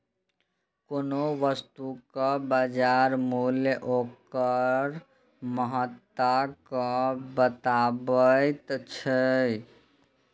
कोनो वस्तुक बाजार मूल्य ओकर महत्ता कें बतबैत छै